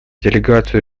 делегацию